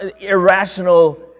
irrational